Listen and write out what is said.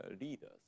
Leaders